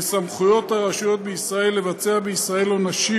לסמכויות הרשויות בישראל לבצע בישראל עונשים